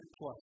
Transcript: plus